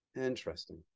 Interesting